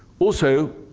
also,